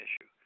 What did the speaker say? issue